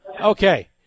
Okay